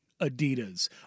Adidas